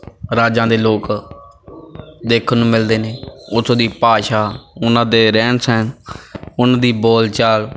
ਰਾਜਾਂ ਦੇ ਲੋਕ ਦੇਖਣ ਨੂੰ ਮਿਲਦੇ ਨੇ ਉੱਥੋਂ ਦੀ ਭਾਸ਼ਾ ਉਹਨਾਂ ਦੇ ਰਹਿਣ ਸਹਿਣ ਉਹਨਾਂ ਦੀ ਬੋਲਚਾਲ